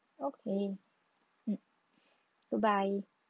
okay mm bye bye